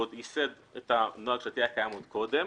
שייסד נוהג שהיה קיים כבר קודם,